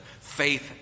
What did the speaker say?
Faith